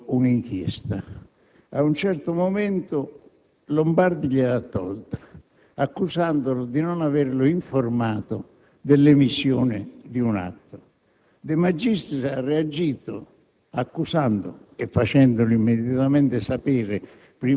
Praticamente, De Magistris aveva in corso un'inchiesta, ad un certo momento Lombardi gliela ha tolta, accusandolo di non averlo informato dell'emissione di un atto;